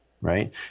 Right